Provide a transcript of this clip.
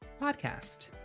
podcast